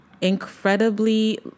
incredibly